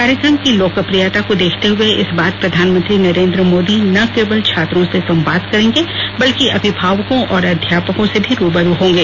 कार्यक्रम की लोकप्रियता को देखते हुए इस बार प्रधानमंत्री नरेन्द्र मोदी न केवल छात्रों से संवाद करेंगे बल्कि अभिभावकों और अध्यापकों से भी रू ब रू होंगे